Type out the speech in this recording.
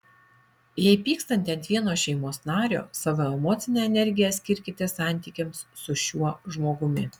jei pykstate ant vieno šeimos nario savo emocinę energiją skirkite santykiams su šiuo žmogumi